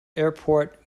airport